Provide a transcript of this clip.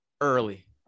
early